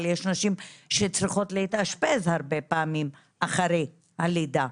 אבל יש נשים שצריכות להתאשפז הרבה פעמים אחרי הלידה.